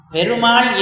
Perumal